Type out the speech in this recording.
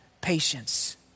patience